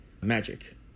magic